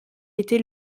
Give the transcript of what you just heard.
était